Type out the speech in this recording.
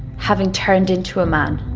having turned into a man.